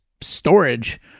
storage